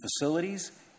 facilities